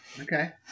okay